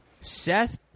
Seth